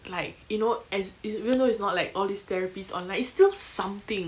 like you know as is even though it's not like all these therapist or like it's still something